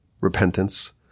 repentance